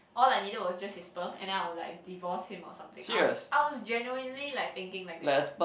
all I needed was just his sperm and then I will like divorce him or something I was I was genuinely like thinking like that